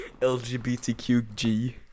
LGBTQG